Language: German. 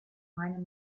meinem